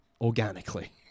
organically